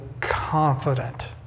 confident